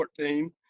2014